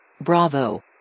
Bravo